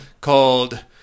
called